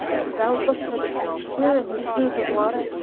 if thou look for the king's spear and his cruse of water,